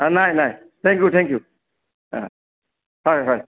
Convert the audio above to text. নাই নাই thank you thank you অঁ হয় হয়